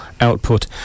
output